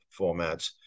formats